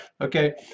okay